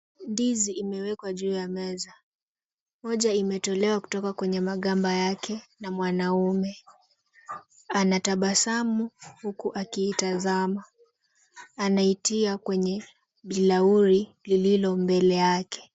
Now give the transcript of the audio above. Ndizi imewekwa juu ya meza, moja imetolewa kutoka kwenye magamba yake na mwanaume. Anatabasamu huku akiitazama, anaitia kwenye bilauri lililo mbele yake.